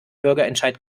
bürgerentscheid